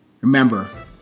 Remember